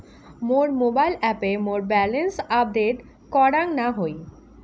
মোর mobile অ্যাপে মোর balance update করাং না হই